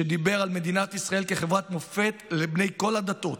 דיבר על מדינת ישראל כחברת מופת לבני כל הדתות,